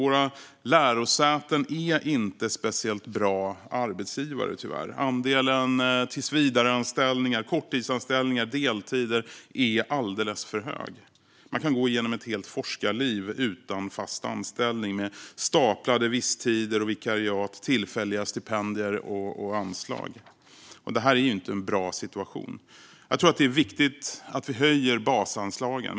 Våra lärosäten är inte speciellt bra arbetsgivare, tyvärr. Andelen tillsvidareanställningar, korttidsanställningar och deltider är alldeles för stor. Man kan gå genom ett helt forskarliv utan fast anställning med staplade visstider, vikariat, tillfälliga stipendier och anslag. Det är inte en bra situation. Jag tror att det är viktigt att vi höjer basanslagen.